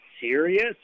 serious